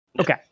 okay